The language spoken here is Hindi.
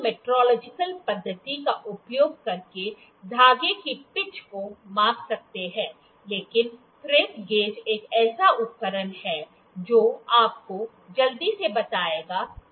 हम अन्य मेट्रोलॉजिकल पद्धति का उपयोग करके धागे की पिच को माप सकते हैं लेकिन थ्रेड गेज एक ऐसा उपकरण है जो आपको जल्दी से बताएगा कि पिच क्या है